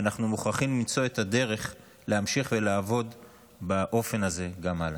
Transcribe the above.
ואנחנו מוכרחים למצוא את הדרך להמשיך ולעבוד באופן הזה גם הלאה.